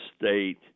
State